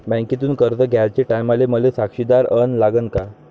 बँकेतून कर्ज घ्याचे टायमाले मले साक्षीदार अन लागन का?